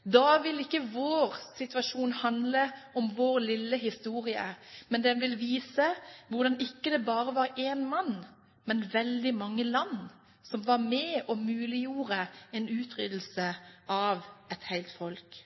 Da vil ikke vår situasjon handle om vår lille historie, men den vil vise hvordan det ikke bare var én mann, men veldig mange land som var med og muliggjorde en utryddelse av et